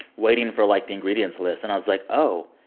waiting for, like, the ingredients list. and i was like, oh,